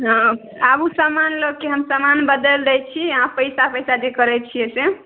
हँ आबू समान लऽके हम समान बदलि दै छी अहाँ पैसा पैसा जे करैत छियै एहि से